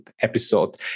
episode